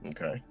Okay